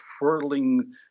whirling